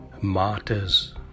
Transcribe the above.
martyrs